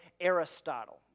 Aristotle